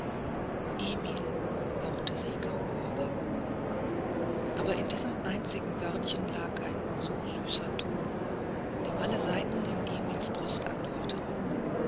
emil hauchte sie kaum hörbar aber in diesem einzigen wörtchen lag ein so süßer ton dem alle saiten in emils brust antworteten